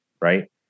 right